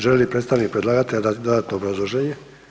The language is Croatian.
Želi li predstavnik predlagatelja dati dodatno obrazloženje?